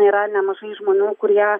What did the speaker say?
yra nemažai žmonių kurie